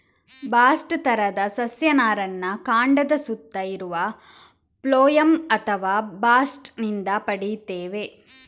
bast ತರದ ಸಸ್ಯ ನಾರನ್ನ ಕಾಂಡದ ಸುತ್ತ ಇರುವ ಫ್ಲೋಯಂ ಅಥವಾ ಬಾಸ್ಟ್ ನಿಂದ ಪಡೀತೇವೆ